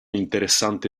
interessante